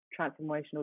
transformational